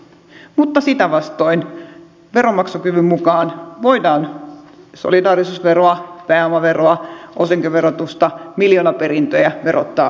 mutta sitä vastoin veronmaksukyvyn mukaan voidaan solidaarisuusveroa pääomaveroa osinkoverotusta miljoonaperintöjä verottaa entistä enemmän